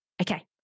Okay